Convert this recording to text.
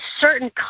certain